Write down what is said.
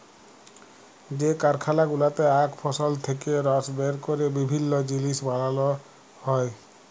যে কারখালা গুলাতে আখ ফসল থেক্যে রস বের ক্যরে বিভিল্য জিলিস বানাল হ্যয়ে